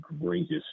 greatest